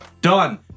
Done